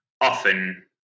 often